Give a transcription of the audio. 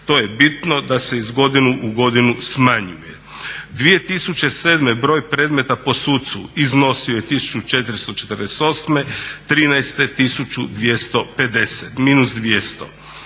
To je bitno da se iz godine u godinu smanjuje. 2007. broj predmeta po sucu iznosio je 1448, trinaeste 1250 minus 200.